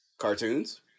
cartoons